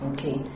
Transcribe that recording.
Okay